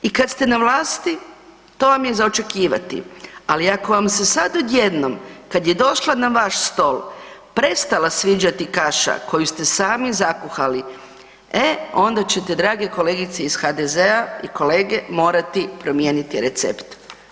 I kad ste na vlasti, to vam je za očekivali, ali ako vam se sad odjednom kad je došla na vaš stol prestala sviđati kaša koju ste sami zakuhali, e onda ćete drage kolegice iz HDZ-a i kolege, morati promijeniti recept.